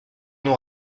nous